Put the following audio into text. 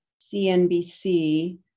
CNBC